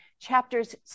Chapters